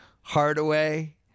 Hardaway